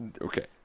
Okay